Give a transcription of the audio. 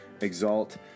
exalt